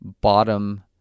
bottom